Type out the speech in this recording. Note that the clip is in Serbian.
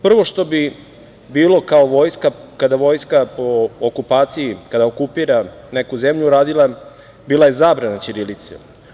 Prvo što bi bilo kao vojska, kada vojska po okupaciji, kada okupira neku zemlju, radila bila je zabrana ćirilice.